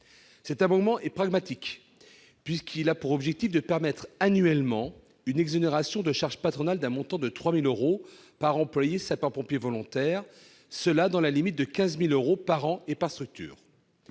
Cet amendement pragmatique a pour objectif de permettre une exonération annuelle de charges patronales d'un montant de 3 000 euros par employé sapeur-pompier volontaire, dans la limite de 15 000 euros par an et par structure.